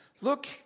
Look